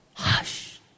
hush